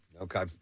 Okay